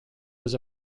was